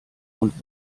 und